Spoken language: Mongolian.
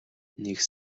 нэг